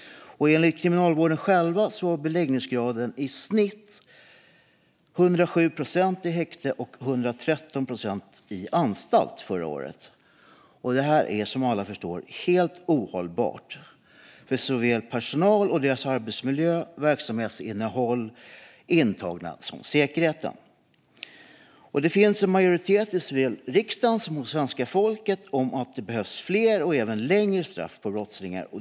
Enligt Kriminalvården var beläggningsgraden förra året i snitt 107 procent i häkte och 113 procent i anstalt. Detta är som alla förstår helt ohållbart för personalen och deras arbetsmiljö, för verksamhetsinnehållet, för de intagna och för säkerheten. Det finns en majoritet både i riksdagen och hos svenska folket som vill se fler och även längre straff för brottslingar.